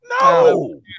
No